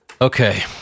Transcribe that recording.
Okay